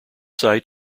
site